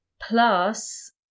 Plus